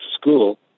school